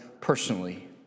personally